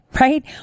right